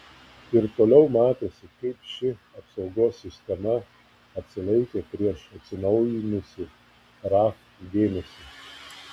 ir toliau matėsi kaip ši apsaugos sistema atsilaikė prieš atsinaujinusį raf dėmesį